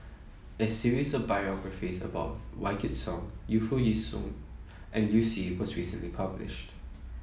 a series of biographies about Wykidd Song Yu Foo Yee Shoon and Liu Si was recently published